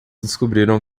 descobriram